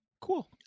Cool